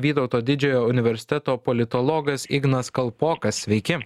vytauto didžiojo universiteto politologas ignas kalpokas sveiki